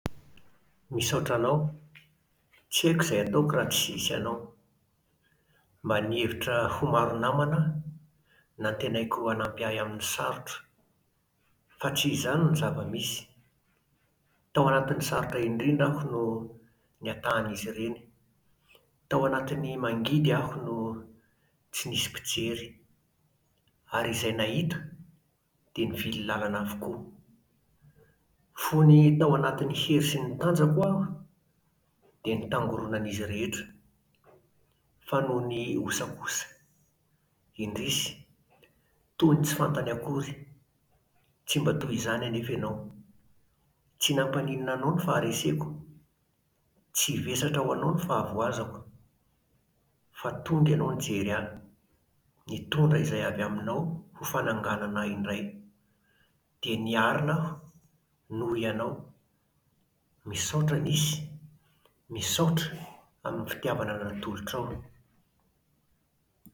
Misaotra anao. Tsy haiko izay hataoko raha tsisy anao. Mba nihevitra ho maro namana aho, nantenaiko hanampy ahy amin'ny sarotra. Fa tsy izany no zavamisy. Tao anatin'ny sarotra indrindra aho no nihatahan'izy ireny! Tao anatin'ny mangidy aho no tsy nisy mpijery! Ary izay nahita, dia nivily làlana avokoa. Fony tao anatin'ny hery sy ny tanjako aho dia nitangoronan'izy rehetra. Fa nony osa kosa, indrisy, toa tsy fantany akory. Tsy mba toy izany anefa ianao. Tsy nampaninona anao ny fahareseko. Tsy vesatra ho anao ny fahavoazako. Fa tonga ianao nijery ahy, nitondra izay avy aminao ho fananganana ahy indray. Dia niarina aho, noho ianao. Misaotra nisy. Misaotra amin'ny fitiavana natolotrao.